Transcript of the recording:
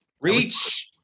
Reach